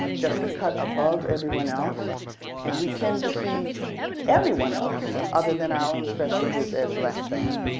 just a cut above everyone else and we tend to see everyone else other than our own special group as less than.